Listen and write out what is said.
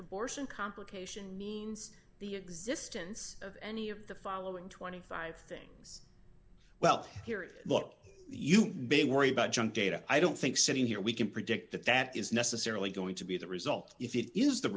abortion complication means the existence of any of the following twenty five things well here is what you may worry about junk data i don't think sitting here we can predict that that is necessarily going to be the result if it is the